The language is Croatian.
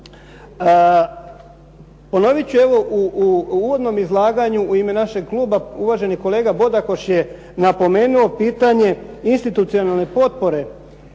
ponovit ću evo u uvodnom izlaganju u ime našeg kluba, uvaženi kolega Bodakoš je napomenuo pitanje institucionalne potpore.